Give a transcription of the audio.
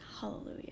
Hallelujah